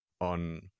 on